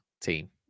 team